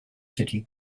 city